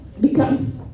becomes